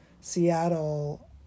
Seattle